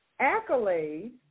Accolades